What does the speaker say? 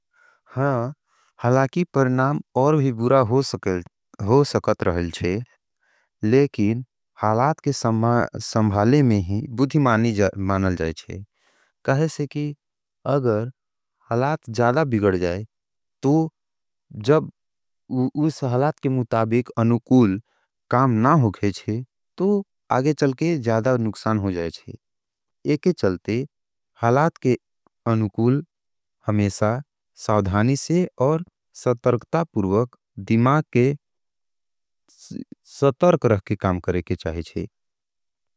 हां, हलाकी परणाम और भी बुरा हो सकत रहल छे, लेकिन हालात के संभाले में ही बुधिमानी मानल जाएच्छे। कहें से कि अगर हालात जादा बिगड़ जाए, तो जब उस हालात के मुताबिक अनुकूल काम ना होगे छे, तो आगे चलके जादा नुक्सान हो जाएच्छे। एक हे चलते, हालात के अनुकूल हमेशा साउधानी से और सतर्गता पुरुवक दिमाग के सतर्ग रहके काम करे के चाहिए चेहिए।